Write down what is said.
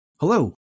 Hello